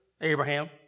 Abraham